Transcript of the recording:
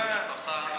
בנוגע לקשר עם המשפחה,